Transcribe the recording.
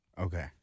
Okay